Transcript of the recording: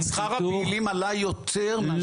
אבל שכר הפעילים עלה יותר מאשר ---.